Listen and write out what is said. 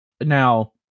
Now